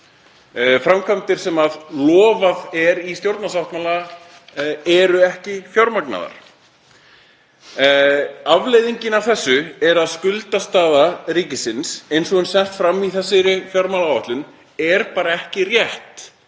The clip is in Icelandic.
Framkvæmdir, sem lofað er í stjórnarsáttmála, eru ekki fjármagnaðar. Afleiðingin af þessu er að skuldastaða ríkisins eins og hún er sett fram í þessari áætlun er bara ekki rétt